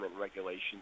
regulations